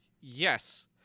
Yes